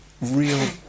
real